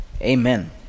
amen